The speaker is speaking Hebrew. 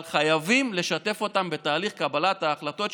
אבל חייבים לשתף אותם בתהליך קבלת ההחלטות,